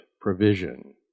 provision